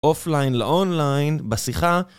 אוף ליין לאון ליין בשיחה